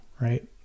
Right